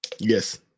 Yes